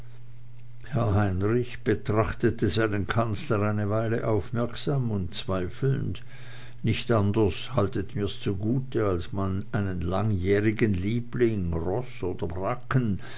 herr heinrich betrachtete seinen kanzler eine weile aufmerksam und zweifelnd nicht anders haltet mir's zugute als man einen langjährigen liebling roß oder bracken